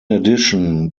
addition